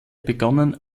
begonnen